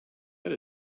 that